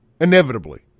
Inevitably